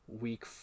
week